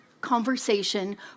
conversation